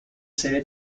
serie